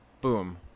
boom